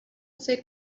فکر